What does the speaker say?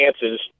chances